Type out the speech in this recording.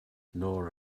nora